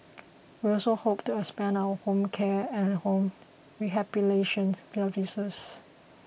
we also hope to expand our home care and home services